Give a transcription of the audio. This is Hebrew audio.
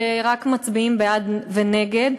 ורק מצביעים בעד ונגד,